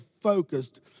focused